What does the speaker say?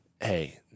hey